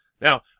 Now